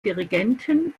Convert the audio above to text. dirigenten